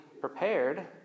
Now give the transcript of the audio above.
prepared